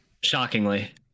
Shockingly